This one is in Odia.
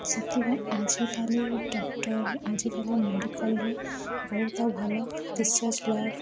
ସେଥିପାଇଁ ଆଜିକାଲି ଡକ୍ଟର ଆଜିକାଲି ମେଡ଼ିକାଲରେ ବହୁତ ଭଲ ରିସର୍ଚ୍ଚ ଲ୍ୟାବ